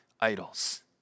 idols